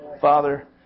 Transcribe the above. Father